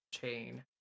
chain